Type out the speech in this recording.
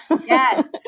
Yes